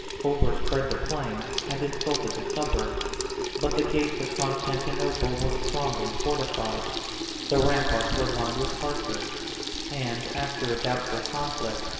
overspread the plain, and insulted the suburbs but the gates of constantinople were strongly fortified the ramparts were lined with archers and, after a doubtful conflict,